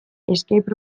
escape